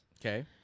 Okay